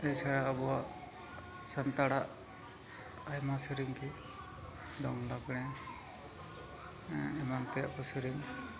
ᱮᱪᱷᱟᱲᱟ ᱟᱵᱚᱣᱟᱜ ᱥᱟᱱᱛᱟᱲᱟᱜ ᱟᱭᱢᱟ ᱥᱮᱨᱮᱧᱜᱮ ᱫᱚᱝ ᱞᱟᱜᱽᱬᱮ ᱮᱢᱟᱱ ᱛᱮᱭᱟᱜᱠᱚ ᱥᱮᱨᱮᱧ